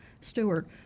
stewart